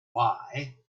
why